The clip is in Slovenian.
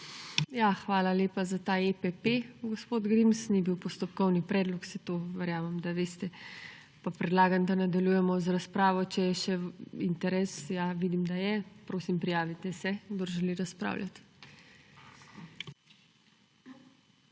Hvala lepa za ta EPP, gospod Grims. Ni bil postopkovni predlog. Saj to verjamem, da veste. Pa predlagam, da nadaljujemo z razpravo, če je še interes. Ja, vidim, da je. Prosim, prijavite se, kdor želi razpravljati.